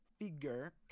figure